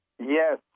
Yes